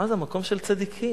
עזה, מקום של צדיקים.